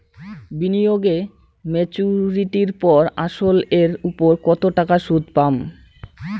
বিনিয়োগ এ মেচুরিটির পর আসল এর উপর কতো টাকা সুদ পাম?